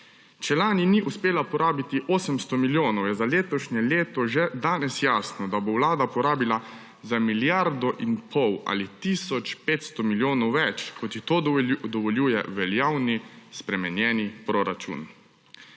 Če lani ni uspela porabiti 800 milijonov, je za letošnje leto že danes jasno, da bo Vlada porabila za milijardo in pol ali tisoč 500 milijonov več, kot ji to dovoljuje veljavni spremenjeni proračun.